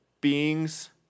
beings